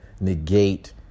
negate